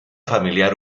familiar